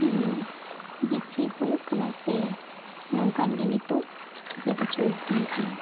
ᱵᱤᱥᱤ ᱦᱩᱭᱩᱜ ᱠᱟᱱᱟ ᱥᱮ ᱱᱚᱝᱠᱟᱱ ᱜᱮ ᱱᱤᱛᱳᱜ ᱡᱩᱜᱽ ᱨᱮᱫᱚ ᱪᱚᱞᱛᱤ ᱟᱠᱟᱱᱟ